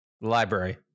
Library